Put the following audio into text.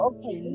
Okay